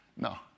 No